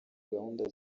gahunda